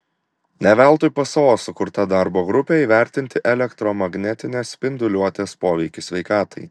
ne veltui pso sukurta darbo grupė įvertinti elektromagnetinės spinduliuotės poveikį sveikatai